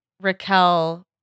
Raquel